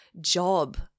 job